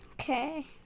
okay